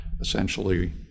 essentially